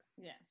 Yes